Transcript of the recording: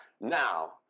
now